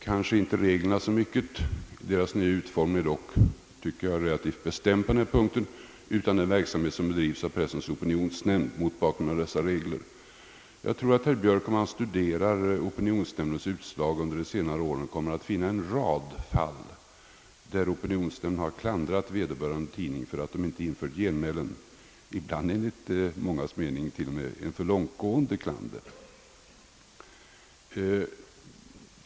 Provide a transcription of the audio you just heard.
Jag syftar inte så mycket på reglerna, vilkas nya utformning på denna punkt ändå är relativt bestämd, utan på den verksamhet som bedrivs av Pressens opinionsnämnd mot bakgrunden av dessa regler. Jag tror att herr Björk om han studerar opinionsnämndens utslag under senare år kommer att finna en rad fall där opinionsnämnden framfört klander mot vederbörande tidning för att denna inte infört genmälen, ibland till och med enligt mångas mening ett för långtgående klander.